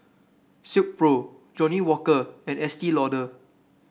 Silkpro Johnnie Walker and Estee Lauder